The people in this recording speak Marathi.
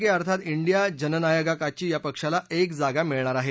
के अर्थात ांडिया जननायगा काच्ची या पक्षाला एक जागा मिळणार आहे